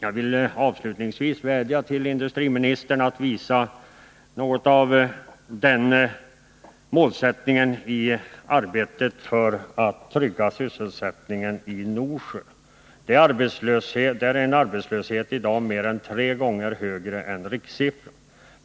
Jag vill avslutningsvis vädja till industriministern att visa något av den målmedvetenheten i arbetet på att trygga sysselsättningen i Norsjö. Arbetslöshetssiffran där är mer än tre gånger högre än rikssiffran.